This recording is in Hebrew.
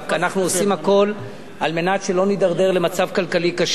אנחנו עושים הכול על מנת שלא נידרדר למצב כלכלי קשה,